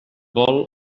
vol